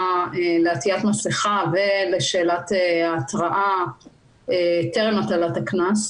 לעטיית מסכה ולשאלת ההתראה טרם הטלת הקנס.